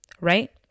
right